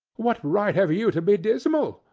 what right have you to be dismal?